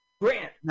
Grant